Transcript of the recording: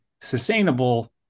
sustainable